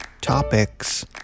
topics